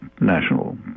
national